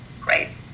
Great